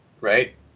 right